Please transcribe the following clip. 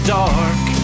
dark